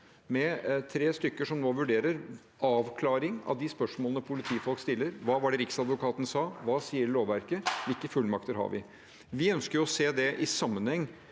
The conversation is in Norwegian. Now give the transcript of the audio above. med tre stykker som nå vurderer en avklaring av de spørsmålene politifolk stiller: Hva var det Riksadvokaten sa? Hva sier lovverket? Hvilke fullmakter har vi? Vi ønsker å se det i sammenheng